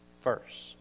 first